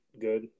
good